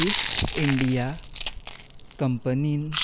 इश्ट इंडिया कंपनीन